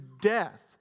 death